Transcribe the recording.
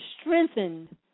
strengthened